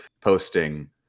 posting